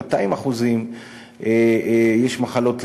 עם 200%. יש מחלות לב,